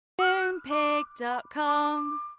Moonpig.com